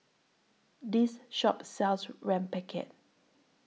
This Shop sells Rempeyek